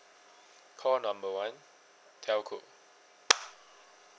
call number one telco